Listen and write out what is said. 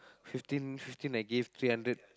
fifteen fifteen I gave three hundred